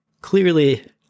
clearly